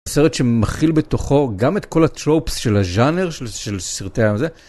סרט שמכיל בתוכו גם את כל הטרופס של הז'אנר של של סרטי הזה.